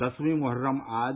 दसवीं मोहर्रम आज